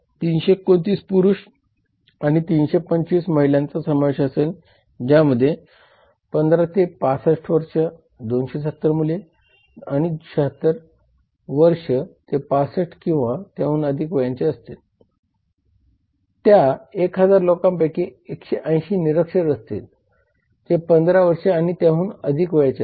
तसेच व्यवसायांना त्यांच्या उत्पादनांद्वारे किंवा उत्पादन प्रक्रियेद्वारे तयार केलेल्या सामाजिक खर्चासह शुल्क आकारणे आहे